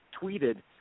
tweeted